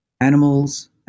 animals